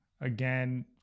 again